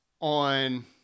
on